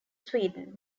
sweden